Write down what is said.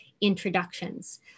introductions